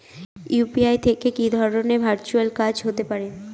UPI থেকে কি ধরণের ভার্চুয়াল কাজ হতে পারে?